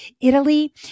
Italy